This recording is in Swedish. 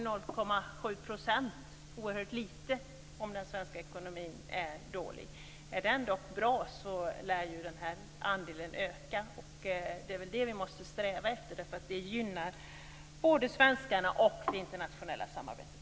0,7 % blir ju oerhört lite om den svenska ekonomin är dålig. Om ekonomin är bra lär ju detta öka. Och det är väl det som vi måste sträva efter, eftersom det gynnar både svenskarna och det internationella samarbetet.